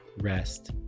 rest